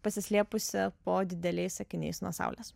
pasislėpusi po dideliais akiniais nuo saulės